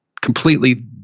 completely